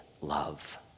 love